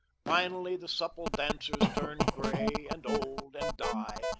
finally the supple dancers turn gray and old and die,